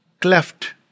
cleft